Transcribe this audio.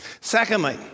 Secondly